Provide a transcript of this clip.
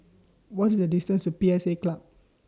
What IS The distance to P S A Club